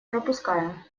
пропускаем